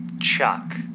Chuck